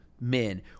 men